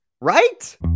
Right